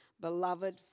beloved